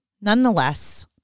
nonetheless